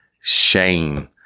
shame